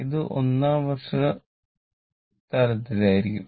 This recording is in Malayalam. ഇത് ഒന്നാം വർഷ തലത്തിലായിരിക്കും